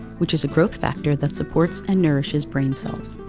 which is a growth factor that supports and nourishes brain cells.